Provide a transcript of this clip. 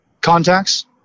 contacts